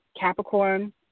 Capricorn